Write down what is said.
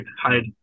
Hide